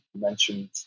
mentioned